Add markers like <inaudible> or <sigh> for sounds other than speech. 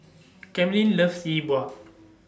<noise> Camryn loves Yi Bua